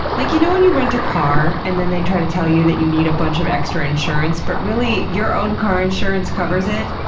like you know when you rent a car and then they try to tell you that you need a bunch of extra insurance, but really your own car insurance covers it.